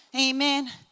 Amen